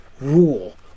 rule